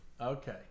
Okay